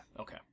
Okay